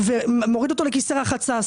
מוריד אותו לכיסא רחצה,